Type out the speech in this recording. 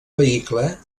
vehicle